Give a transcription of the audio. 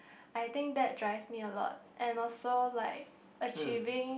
I think that drives me a lot and also like achieving